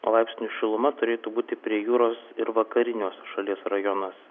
laipsnių šiluma turėtų būti prie jūros ir vakariniuose šalies rajonuos